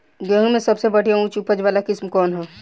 गेहूं में सबसे बढ़िया उच्च उपज वाली किस्म कौन ह?